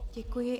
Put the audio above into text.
Děkuji.